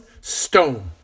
stone